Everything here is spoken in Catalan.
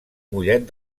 mollet